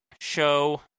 show